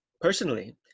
personally